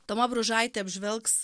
toma bružaitė apžvelgs